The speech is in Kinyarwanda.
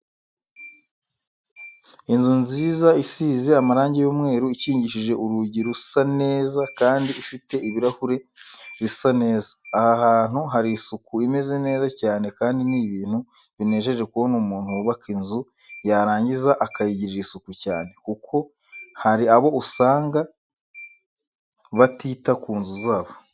Inzu nziza isize amarange y'umweru ikingishije urugi rusa neza kandi ifite ibirahure bisa neza, aha hantu hari isuku imeze neza cyane kandi ni ibintu binejeje kubona umuntu wubaka inzu yarangiza akayigirira isuku cyane, kuko hari abo usanga batuta ku nzu zabo.